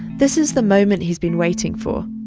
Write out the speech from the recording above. this is the moment he's been waiting for,